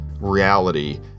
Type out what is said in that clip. reality